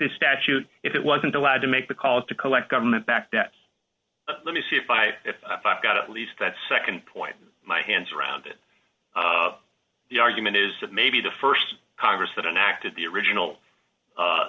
this statute if it wasn't allowed to make the call to collect government back that let me see if i got at least that nd point my hands around it the argument is that maybe the st congress that enacted the original